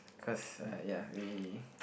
cause I ya we